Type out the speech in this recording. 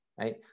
right